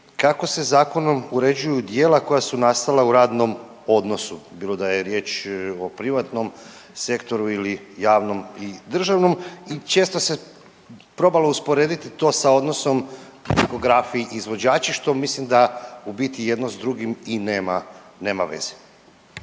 kako se zakonom uređuju djela koja su nastala u radnom odnosu bilo da je riječ o privatnom sektoru ili javnom i državnom i često se probalo usporediti to sa odnosom diskografi izvođači što mislim da u biti i jedno s drugim i nema, nema